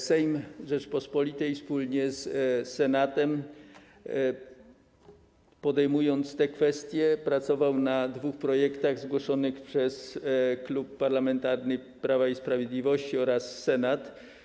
Sejm Rzeczypospolitej wspólnie z Senatem, podejmując te kwestie, pracował, opierając się na dwóch projektach zgłoszonych przez Klub Parlamentarny Prawo i Sprawiedliwość oraz Senat.